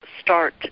start